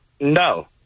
No